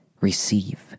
receive